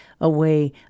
away